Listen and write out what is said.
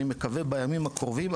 אני מקווה בימים הקרובים,